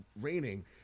raining